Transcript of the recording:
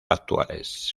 actuales